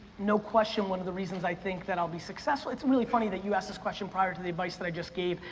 no question one of the reasons i think that i'll be successful, it's really funny that you asked this question prior to the advice that i just gave.